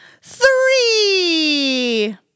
three